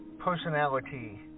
Personality